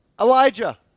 Elijah